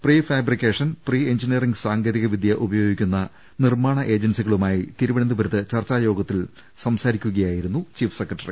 pre fabrication pre engineering സാങ്കേതിക വിദ്യ ഉപയോഗിക്കുന്ന നിർമ്മാണ ഏജൻസികളു മായി തിരുവനന്തപുരത്ത് ചർച്ചാ യോഗത്തിൽ സംസാരിക്കുകയാ യിരുന്നു ചീഫ് സെക്രട്ടറി